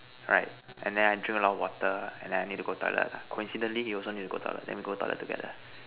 right and then I drink a lot of water and then I need to go toilet coincidentally he also need to go toilet then we go toilet together